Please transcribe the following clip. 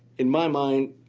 in my mind,